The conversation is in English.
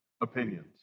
opinions